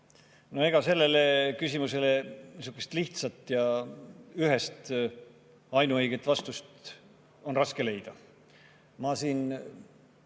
Ega sellele küsimusele niisugust lihtsat ja ühest ainuõiget vastust on raske leida. Ma siin